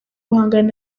guhangana